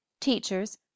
teachers